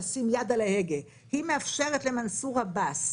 אולי גם את מנסור עבאס,